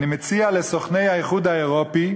אני מציע לסוכני האיחוד האירופי,